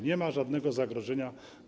Nie ma żadnego zagrożenia.